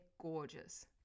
gorgeous